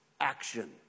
action